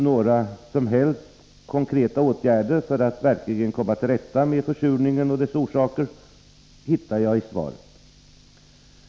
Inga som helst konkreta förslag till åtgärder för att verkligen komma till rätta med försurningen och dess orsaker kan jag finna i svaret.